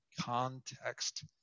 context